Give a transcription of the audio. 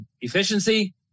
Efficiency